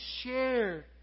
share